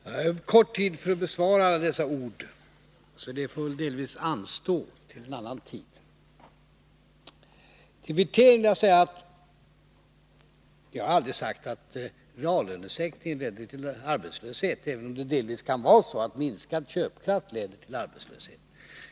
Fru talman! Det är för kort tid för att besvara alla dessa ord, så det får väl delvis anstå till en annan gång. Till Rolf Wirtén vill jag säga att jag aldrig har sagt att reallönesänkningen leder till arbetslöshet, även om det delvis kan vara så att minskad köpkraft leder till arbetslöshet.